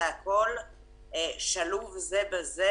הכול שלוב זה בזה,